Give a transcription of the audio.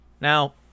Now